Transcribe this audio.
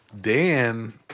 Dan